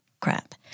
crap